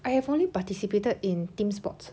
I have only participated in team sports